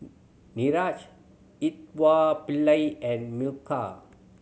Niraj and Milkha